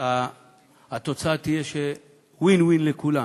התוצאה תהיה win-win, לכולם.